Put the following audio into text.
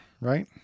right